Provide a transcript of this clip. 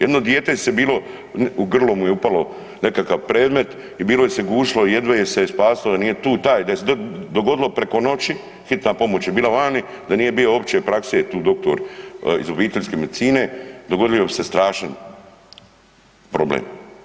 Jedno dijete se bilo, u grlo mu je upalo nekakav predmet i bilo se gušilo, jedva je se spasilo, da nije tu taj, da se dogodilo preko noći, hitna pomoć je bila vani, da nije bio opće prakse tu doktor iz obiteljske medicine, dogodio bi se strašan problem.